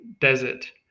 desert